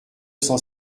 cent